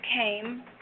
came